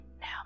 Now